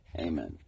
Amen